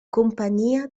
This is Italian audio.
compagnia